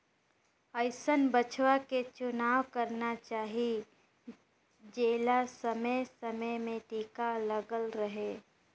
अइसन बछवा के चुनाव करना चाही जेला समे समे में टीका लगल रहें